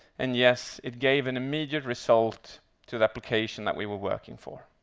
and yes, it gave an immediate result to the application that we were working for.